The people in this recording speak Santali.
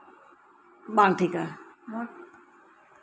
ᱵᱟᱝ ᱴᱷᱤᱠᱟ